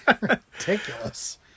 ridiculous